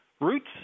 roots